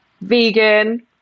vegan